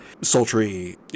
sultry